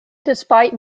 despite